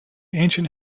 ancient